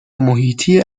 محیطی